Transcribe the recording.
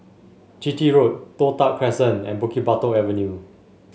Chitty Road Toh Tuck Crescent and Bukit Batok Avenue